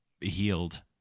healed